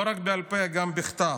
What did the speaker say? לא רק בעל פה, גם בכתב.